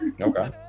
Okay